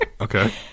Okay